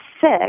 six